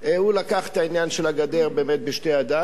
הוא לקח את העניין של הגדר בשתי ידיים,